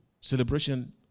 Celebration